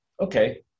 Okay